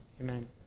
Amen